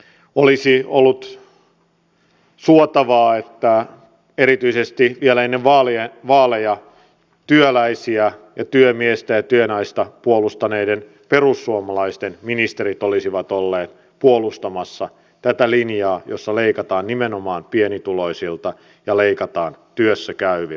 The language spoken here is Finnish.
olisi ollut suotavaa että erityisesti vielä ennen vaaleja työläisiä ja työmiestä ja työnaista puolustaneiden perussuomalaisten ministerit olisivat olleet puolustamassa tätä linjaa jossa leikataan nimenomaan pienituloisilta ja leikataan työssäkäyviltä